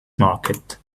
market